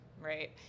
right